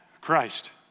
Christ